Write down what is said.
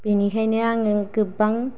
बेनिखायनो आङो गोबां